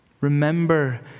Remember